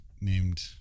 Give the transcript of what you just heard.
named